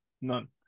none